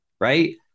Right